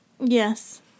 Yes